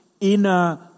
inner